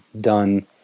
done